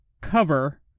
cover